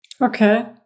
Okay